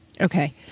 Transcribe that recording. Okay